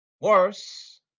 Worse